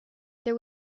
there